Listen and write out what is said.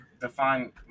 define